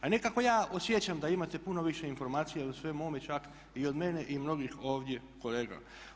A nekako ja osjećam da imate puno više informacija o svemu ovome čak i od mene i od mnogih ovdje kolega.